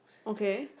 okay